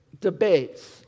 debates